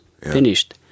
finished